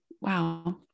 wow